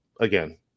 again